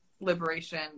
liberation